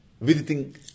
visiting